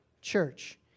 Church